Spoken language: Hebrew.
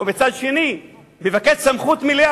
ומצד שני מבקש סמכות מלאה,